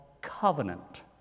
covenant